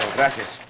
Gracias